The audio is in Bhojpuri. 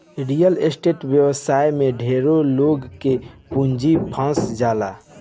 रियल एस्टेट व्यवसाय में ढेरे लोग के पूंजी फंस जाला